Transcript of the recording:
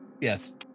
Yes